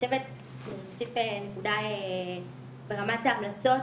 אני אוסיף נקודה ברמת ההמלצות,